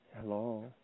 Hello